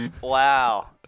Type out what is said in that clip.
Wow